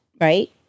right